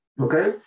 okay